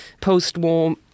post-war